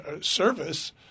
service